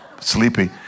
sleepy